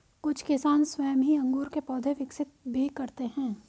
कुछ किसान स्वयं ही अंगूर के पौधे विकसित भी करते हैं